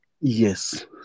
Yes